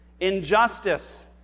injustice